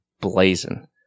blazing